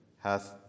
hath